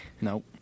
Nope